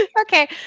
Okay